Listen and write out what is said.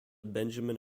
benjamin